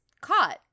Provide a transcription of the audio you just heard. caught